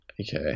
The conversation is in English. Okay